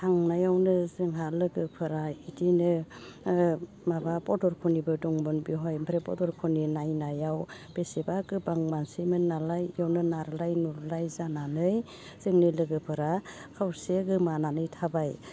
थांनायावनो जोंहा लोगोफोरा इदिनो ओ माबा पदलफनिबो दंमोन बेवहाय ओमफ्राय पदलफनि नायनायाव बेसेबा गोबां मानसिमोन नालाय एयावनो नारलाय नुरलाय जानानै जोंनि लोगोफोरा खावसे गोमानानै थाबाय